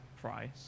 price